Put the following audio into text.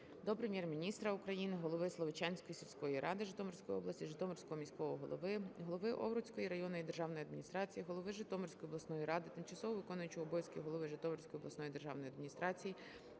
до Прем'єр-міністра України, голови Словечанської сільської ради Житомирської області, Житомирського міського голови, голови Овруцької районної державної адміністрації, голови Житомирської обласної ради, тимчасово виконуючого обов'язки голови Житомирської обласної державної адміністрації